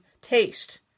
taste